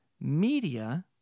media